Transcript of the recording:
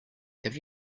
have